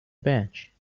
bench